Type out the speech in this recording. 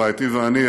רעייתי ואני,